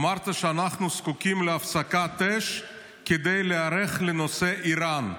אמרת שאנחנו זקוקים להפסקת אש כדי להיערך לנושא איראן.